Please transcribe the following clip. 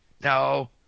No